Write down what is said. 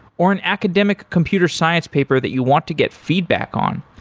or an academic computer science paper that you want to get feedback on,